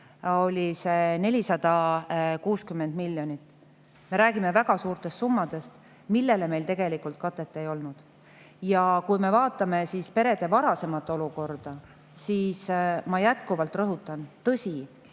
oli see 460 miljonit. Me räägime väga suurtest summadest, millele meil tegelikult katet ei olnud. Kui me vaatame perede varasemat olukorda, siis ma jätkuvalt rõhutan: tõsi,